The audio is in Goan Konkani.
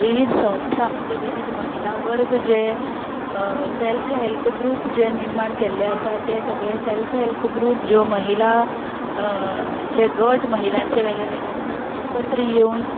विविध संस्था म्हणजे विविध महिला वर्ग जे सॅल्फ हॅल्प ग्रूप जे निर्माण केल्ले आसा ते सगळे सॅल्फ हॅल्प ग्रूप ज्यो महिला जे गट महिलांचे वेगळे वेगळे गट एकत्र येवन